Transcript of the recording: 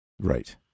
Right